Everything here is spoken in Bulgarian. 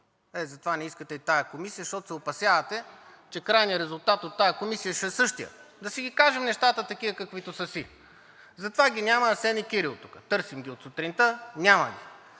Ето затова не искате и тази комисия, защото се опасявате, че крайният резултат от тази комисия ще е същият – да си ги кажем нещата такива, каквито са си. Затова ги няма Асен и Кирил тук. Търсим ги от сутринта – няма ги.